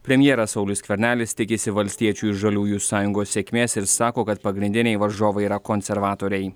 premjeras saulius skvernelis tikisi valstiečių žaliųjų sąjungos sėkmės ir sako kad pagrindiniai varžovai yra konservatoriai